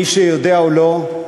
מי שיודע או לא,